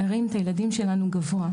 הרים את הילדים שלנו גבוה.